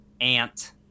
Ant